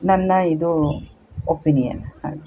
ನನ್ನ ಇದು ಒಪಿನಿಯನ್ ಹಾಗೆ